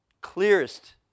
clearest